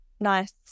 nice